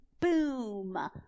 boom